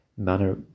manner